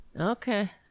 Okay